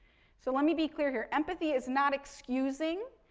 so, let me be clear here. empathy is not excusing,